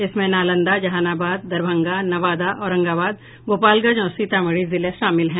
इनमें नालंदा जहानाबाद दरभंगा नवादा औरंगाबाद गोपालगंज और सीतामढ़ी जिले शामिल हैं